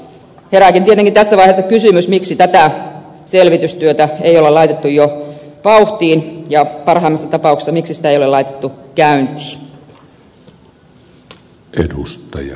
herää tietenkin tässä vaiheessa kysymys miksi tätä selvitystyötä ei ole laitettu jo vauhtiin ja miksi sitä ei ole parhaassa tapauksessa laitettu käyntiin